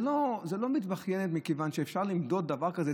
זה לא "מתבכיינת", מכיוון שאפשר למדוד דבר כזה.